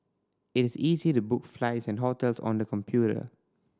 it is easy to book flights and hotels on the computer